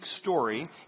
story